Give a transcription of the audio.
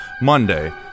Monday